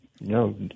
No